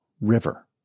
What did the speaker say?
river